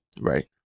right